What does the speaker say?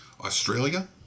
Australia